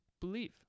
believe